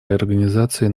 реорганизации